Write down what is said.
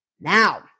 Now –